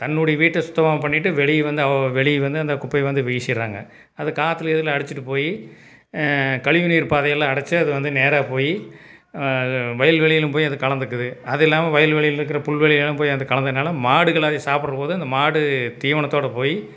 தன்னுடைய வீட்டை சுத்தமாக பண்ணிவிட்டு வெளியே வந்து அவ வெளியே வந்து அந்த குப்பை வந்து வெளியே வீசிடறாங்க அது காற்றில் கீத்துல அடித்துட்டு போய் கழிவு நீர் பாதைகளில் அடைச்சி அது வந்து நேராக போய் அது வயல் வெளியிலும் போய் அது கலந்துருக்குது அது இல்லாமல் வயல் வெளியில் இருக்கிற புல்வெளியெல்லாம் போய் அது கலந்தனால் மாடுகள் அதை சாப்புடற போது அந்த மாடு தீவனத்தோடு போய்